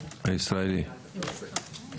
יש